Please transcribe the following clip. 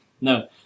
No